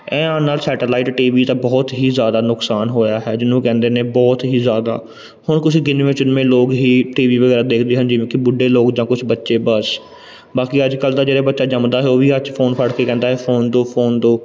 ਇਹ ਆਉਣ ਨਾਲ ਸੈਟਲਾਈਟ ਟੀ ਵੀ ਤਾਂ ਬਹੁਤ ਹੀ ਜ਼ਿਆਦਾ ਨੁਕਸਾਨ ਹੋਇਆ ਹੈ ਜਿਹਨੂੰ ਕਹਿੰਦੇ ਨੇ ਬਹੁਤ ਹੀ ਜ਼ਿਆਦਾ ਹੁਣ ਕੁਛ ਗਿਣਵੇਂ ਚੁਣਵੇਂ ਲੋਕ ਹੀ ਟੀ ਵੀ ਵਗੈਰਾ ਦੇਖਦੇ ਹਨ ਜਿਵੇਂ ਕਿ ਬੁੱਢੇ ਲੋਕ ਜਾਂ ਕੁਝ ਬੱਚੇ ਬਸ ਬਾਕੀ ਅੱਜ ਕੱਲ੍ਹ ਤਾਂ ਜਿਹੜਾ ਬੱਚਾ ਜੰਮਦਾ ਹੈ ਉਹ ਵੀ ਹੱਥ 'ਚ ਫੋਨ ਫੜ ਕੇ ਕਹਿੰਦਾ ਹੈ ਫੋਨ ਦਿਉ ਫੋਨ ਦਿਉ